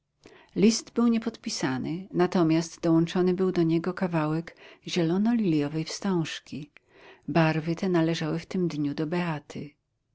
list był niepodpisany natomiast dołączony był do niego kawałek zielono liliowej wstążki barwy te należały w tym dniu do beaty